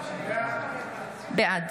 בעד